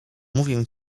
mówię